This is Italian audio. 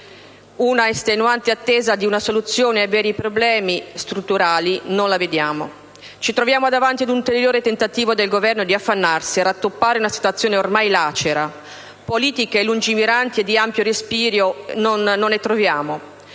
un'estenuante attesa di una soluzione ai veri problemi strutturali, che non vediamo. Ci troviamo davanti ad un ulteriore tentativo del Governo di affannarsi a rattoppare una situazione ormai lacera: politiche lungimiranti e di ampio respiro non ne troviamo: